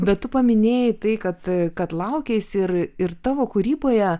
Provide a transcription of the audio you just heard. bet tu paminėjai tai kad kad laukeisi ir ir tavo kūryboje